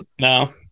No